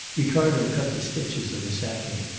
ricardo cut the stitches of the sacking.